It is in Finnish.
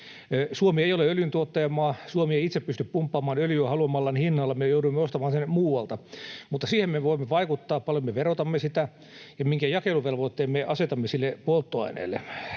Suomi ei ole öljyntuottajamaa. Suomi ei itse pysty pumppaamaan öljyä haluamallaan hinnalla. Me joudumme ostamaan sen muualta. Mutta siihen me voimme vaikuttaa paljon, miten me verotamme polttoainetta ja minkä jakeluvelvoitteen me asetamme sille.